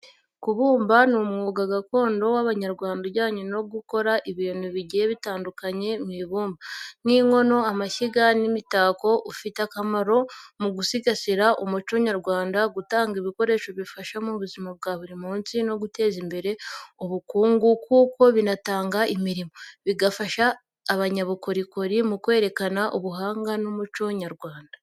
Kubumba ni umwuga gakondo w’Abanyarwanda ujyanye no gukora ibintu bigiye bitandukanye mu ibumba, nk’inkono, amashyiga, n’imitako. Ufite akamaro mu gusigasira umuco nyarwanda, gutanga ibikoresho bifasha mu buzima bwa buri munsi, no guteza imbere ubukungu kuko binatanga imirimo, bigafasha abanyabukorikori mu kwerekana ubuhanga n’umuco nyarwanda.